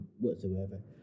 whatsoever